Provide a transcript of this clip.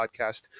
podcast